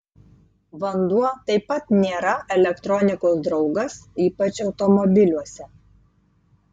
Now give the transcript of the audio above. vanduo taip pat nėra elektronikos draugas ypač automobiliuose